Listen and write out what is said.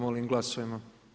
Molim glasujmo.